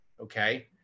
Okay